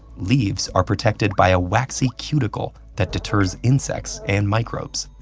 leaves are protected by a waxy cuticle that deters insects and microbes.